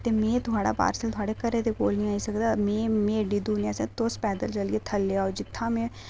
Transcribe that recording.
ते में थुआढ़ा पार्सल थोह्ड़े घर निं आई सकदा में में एड्डी दूर पैदल चलियै थल्ले आओ जित्थां में